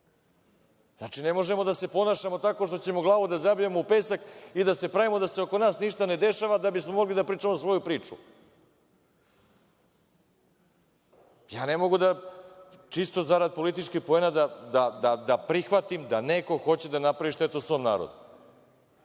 Ne možemo da se ponašamo tako što ćemo glavu da zabijemo u pesak i da se pravimo da se oko nas ništa ne dešava, da bismo mogli da pričamo svoju priču. Ja ne mogu čisto zarad političkih poena da prihvatim da neko hoće da napravi štetu svom narodu.